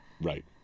right